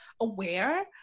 aware